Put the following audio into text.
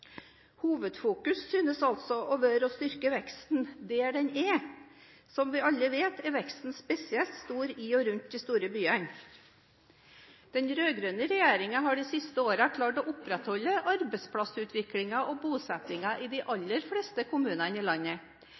Hovedfokus synes altså å være å styrke veksten der den er, og som vi alle vet, er veksten spesielt stor i og rundt de store byene. Den rød-grønne regjeringen har de siste årene klart å opprettholde arbeidsplassutviklingen og bosettingen i de aller fleste kommunene i landet.